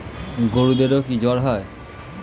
গরুদেরও কি জ্বর হয়?